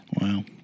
Wow